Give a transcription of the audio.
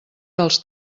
dels